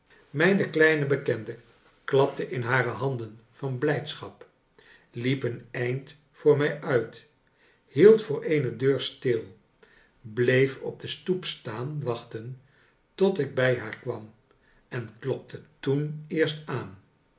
mijne kleine bekende klapte in hare handen van blijdschap liep een eind voor mij uit hield voor eene deur stil bleef op den stoep staan wachten tot ik bij haar kwam en klopte toen eerst aan